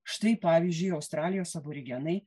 štai pavyzdžiui australijos aborigenai